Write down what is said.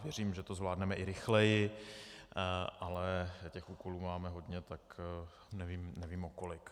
Věřím, že to zvládneme i rychleji, ale těch úkolů máme hodně, tak nevím o kolik.